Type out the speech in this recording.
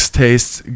tastes